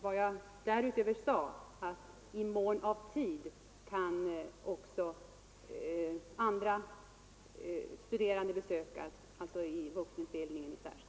Vad jag därutöver sade i svaret var att i mån av tid kan också andra studerande besökas, alltså särskilt i vuxenutbildningen.